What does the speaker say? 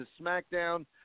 SmackDown